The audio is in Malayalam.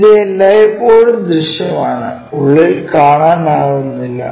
ഇത് എല്ലായ്പ്പോഴും ദൃശ്യമാണ് ഉള്ളിൽ കാണാനാകില്ല